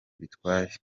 bitwaye